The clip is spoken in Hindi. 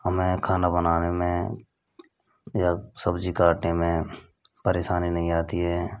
हमें खाना बनाने में या सब्ज़ी काटने में परेशानी नहीं आती है